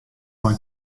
mei